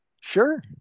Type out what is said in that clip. Sure